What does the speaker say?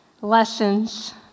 lessons